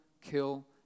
kill